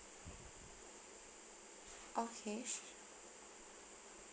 okay